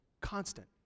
Constant